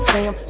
Sam